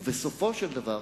ובסופו של דבר,